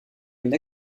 une